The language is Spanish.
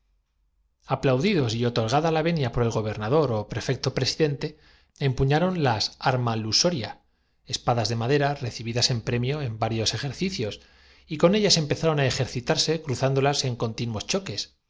aplaudidos y otorgada la venia por el gobernador ó lugar en un teatro el actor que de ella era objeto prefecto presidente empuñaron las arma insoria es estaba en el deber de quitarse la máscara como para padas de madera recibidas en premio en varios ejer acusar recibo de la silba cicios y con ellas empezaron á ejercitarse cruzándolas en continuos choques